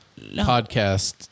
podcast